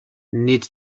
nid